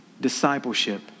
discipleship